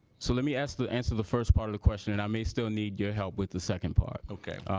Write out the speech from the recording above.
so let me ask the answer the first part of the question and i may still need your help with the second part okay